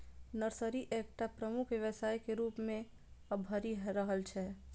nursery एकटा प्रमुख व्यवसाय के रूप मे अभरि रहल छै